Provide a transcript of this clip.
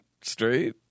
straight